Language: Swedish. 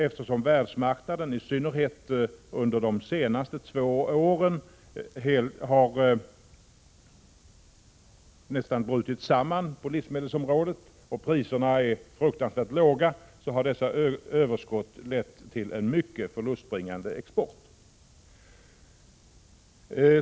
Eftersom världsmarknaden i synnerhet under de senaste två åren nästan har brutit samman på livsmedelsområdet och priserna är fruktansvärt låga, har dessa överskott lett till en mycket förlustbringande export.